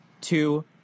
Two